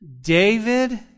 David